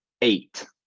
Eight